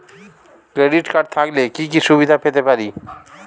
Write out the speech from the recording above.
Credit card থাকলে কি কি সুবিধা পেতে পারি?